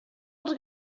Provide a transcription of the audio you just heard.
els